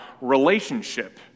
relationship